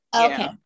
Okay